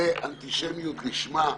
זאת אנטישמיות לשמה.